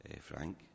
Frank